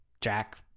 jack